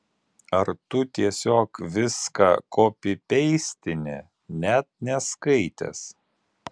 ar tu tiesiog viską kopipeistini net neskaitęs